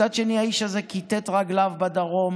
מצד שני, האיש הזה כיתת רגליו בדרום